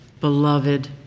Beloved